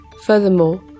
Furthermore